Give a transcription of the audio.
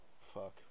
Fuck